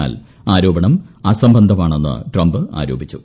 എന്നാൽ ആരോപണം അസംബന്ധമാണെന്ന് ട്രംപ് ആരോപിച്ചു